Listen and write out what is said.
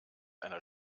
einer